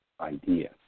idea